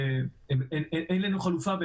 אין לנו חלופה.